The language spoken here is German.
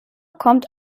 kommt